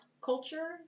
culture